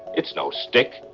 it's no stick.